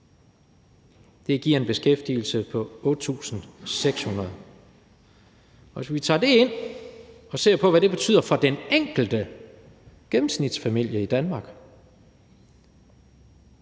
Det giver en beskæftigelse på 8.600. Hvis vi tager det ind og ser på, hvad det betyder for den enkelte gennemsnitsfamilie i Danmark,